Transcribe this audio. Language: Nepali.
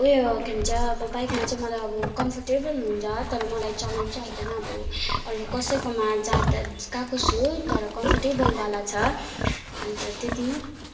ऊ यो के भन्छ अब बाइकमा चाहिँ मलाई अब कम्फोर्टेबल हुन्छ तर मलाई चलाउनु चाहिँ आउँदैन अब अरू कसैकोमा जाँदा गएको छु तर कम्फोर्टेबल वाला छ अन्त त्यति नै